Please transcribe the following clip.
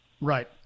Right